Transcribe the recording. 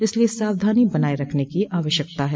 इसलिए सावधानी बनाये रखने की आवश्यकता है